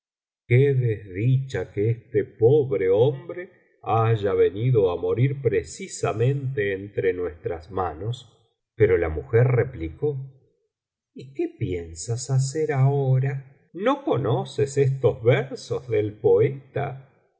qué desdicha que este pobre hombre haya venido á morir precisamente entre nuestras manos pero la mujer replicó y qué piensas hacer ahora ko conoces estos versos del poeta